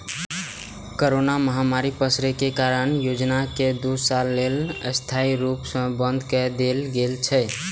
corona महामारी पसरै के कारण एहि योजना कें दू साल लेल अस्थायी रूप सं बंद कए देल गेल छै